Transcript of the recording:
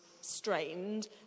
strained